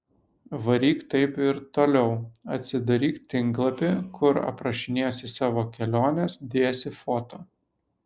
varyk taip ir toliau atsidaryk tinklapį kur aprašinėsi savo keliones dėsi foto